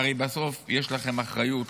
הרי בסוף יש לכם אחריות